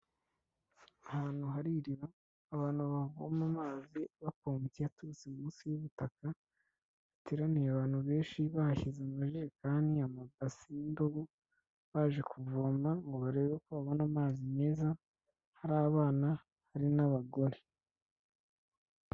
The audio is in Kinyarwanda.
Ahantu haririra abantu bavoma amazi bapompye aturutse munsi y'ubutaka, hateraniye abantu benshi bahashyize amajerekani, amanasi n'indobo baje kuvoma ngo barebe ko babona amazi meza, hari abana, hari n'abagore.